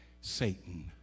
Satan